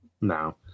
No